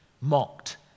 mocked